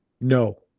no